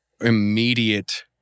immediate